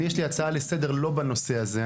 אני יש לי הצעה לסדר לא בנושא הזה,